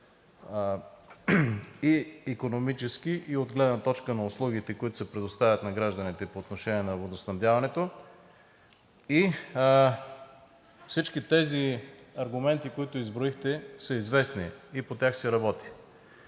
и икономически, и от гледна точка на услугите, които се предоставят на гражданите по отношение на водоснабдяването. Всички тези аргументи, които изброихте, са известни и по тях се работи.